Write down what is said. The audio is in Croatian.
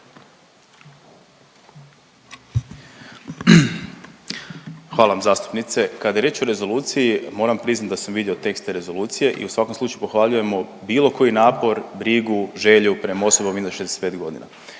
Hvala vam zastupnice. Kada je riječ o rezoluciji, moram priznati da sam vidio tekst te rezolucije i u svakom slučaju, pohvaljujemo bilo koji napor, brigu, želju prema osobama iznad 65 godina.